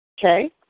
Okay